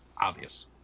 obvious